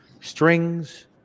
strings